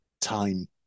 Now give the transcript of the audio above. time